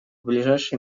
ближайшие